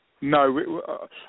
No